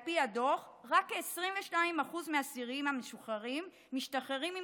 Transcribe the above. על פי הדוח רק כ-22% מהאסירים המשוחררים משתחררים עם